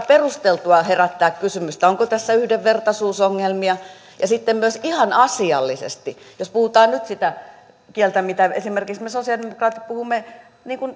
perusteltua herättää kysymys onko tässä yhdenvertaisuusongelmia sitten myös ihan asiallisesti jos puhutaan nyt sitä kieltä mitä esimerkiksi me sosialidemokraatit puhumme